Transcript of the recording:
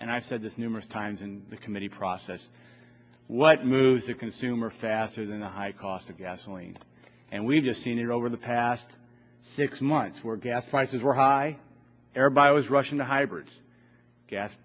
and i said this numerous times and the committee process what moves a consumer faster than the high cost of gasoline and we've just seen it over the past six months where gas prices were high there by was rushing to hybrids gas